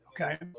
okay